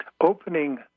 opening